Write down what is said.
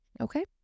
Okay